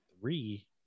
Three